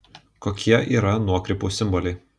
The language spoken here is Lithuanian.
kokie yra nuokrypų simboliai